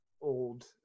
old